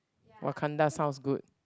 Wakanda sounds good